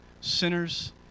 Sinners